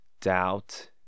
doubt